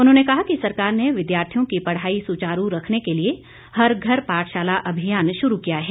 उन्होंने कहा कि सरकार ने विद्यार्थियों की पढ़ाई सुचारू रखने के लिए हर घर पाठशाला अभियान शुरू किया है